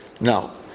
No